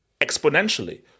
exponentially